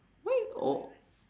why you oh